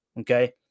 Okay